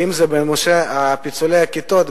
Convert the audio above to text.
ואם זה בנושא פיצולי הכיתות,